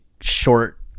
short